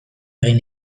egin